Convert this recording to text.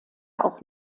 auch